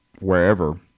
wherever